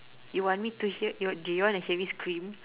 you want me to hear y~ do you wanna hear me scream